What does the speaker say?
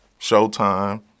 showtime